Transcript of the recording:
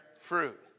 fruit